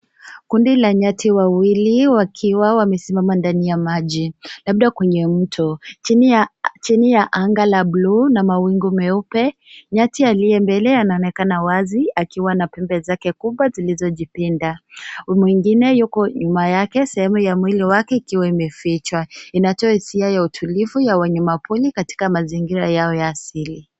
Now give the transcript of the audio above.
Kundi la nyati wawili wakiwa wamesimama ndani ya maji labda kwenye mto chini ya anga la bluu na mawingu meupe. Nyati aliye mbele anaonekana wazi akiwa na pembe zake kubwa zilizojipinda. Mwingine yuko nyuma yake, sehemu ya mwili wake ikiwa imefichwa. Inatoa hisia ya utulivu ya wanyamapori katika mazingira yao ya asili.